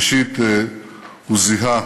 ראשית, הוא זיהה